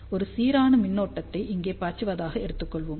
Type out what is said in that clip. ஒரு சீரான மின்னோட்டத்தை இங்கு பாய்ச்சுவதாக எடுத்துக்கொள்வோம்